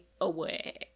away